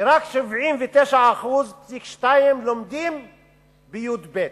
שרק 79.2% לומדים בי"ב,